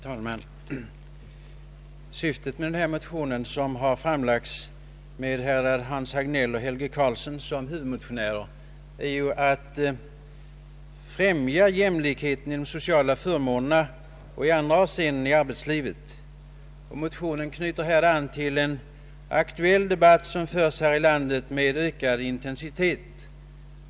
Herr talman! Syftet med förevarande motion som har väckts av herr Augustsson och herr Hans Hagnell såsom huvudmotionärer är att främja jämlikhet i fråga om sociala förmåner och i andra avseenden inom arbetslivet. Motionen knyter an till en aktuell debatt som förs här i landet med ökad intensitet.